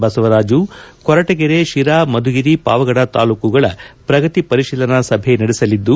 ಬಸವರಾಜು ಕೊರಟಗೆರೆ ಶಿರಾ ಮಧುಗಿರಿ ಪಾವಗಡ ತಾಲೂಕುಗಳ ಪ್ರಗತಿ ಪರಿಶೀಲನಾ ಸಭೆ ನಡೆಸಲಿದ್ದು